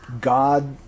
God